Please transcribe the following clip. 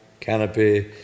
canopy